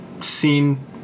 seen